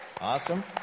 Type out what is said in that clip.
Awesome